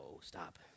stop